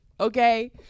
Okay